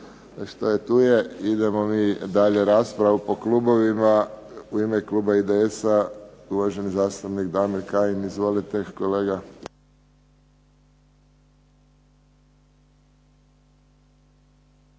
iskoristili. Idemo mi dalje raspravu po klubovima. U ime kluba IDS-a uvaženi zastupnik Damir Kajin. Izvolite kolega.